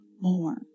more